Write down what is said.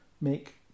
make